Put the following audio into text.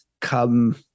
come